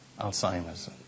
Alzheimer's